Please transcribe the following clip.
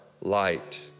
light